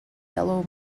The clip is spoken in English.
yellow